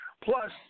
Plus